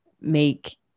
make